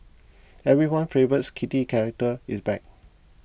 everyone favourite kitty character is back